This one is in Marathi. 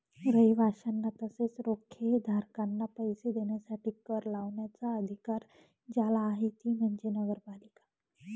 रहिवाशांना तसेच रोखेधारकांना पैसे देण्यासाठी कर लावण्याचा अधिकार ज्याला आहे ती म्हणजे नगरपालिका